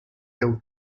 hill